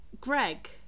Greg